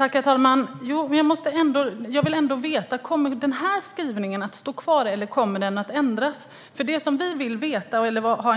Herr talman! Jag vill ändå veta: Kommer den här skrivningen att stå kvar eller kommer den att ändras? Det som vi vill ha